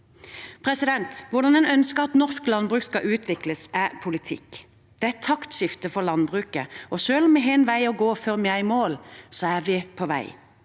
matsikkerheten. Hvordan en ønsker at norsk landbruk skal utvikles, er politikk. Det er et taktskifte for landbruket, og selv om vi har en vei å gå før vi er i mål, er vi på vei.